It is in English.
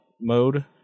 mode